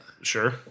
Sure